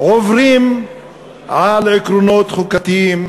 עוברים על עקרונות חוקתיים,